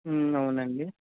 అవునండీ